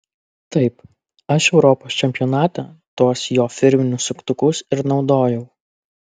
taip aš europos čempionate tuos jo firminius suktukus ir naudojau